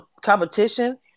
competition